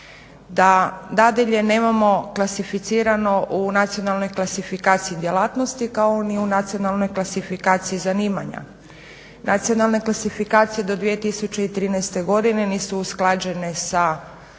da dadilje nemamo klasificirano u nacionalnoj klasifikaciji djelatnosti kao ni u nacionalnoj klasifikaciji zanimanja. Nacionalne klasifikacije do 2013. godine nisu usklađene sa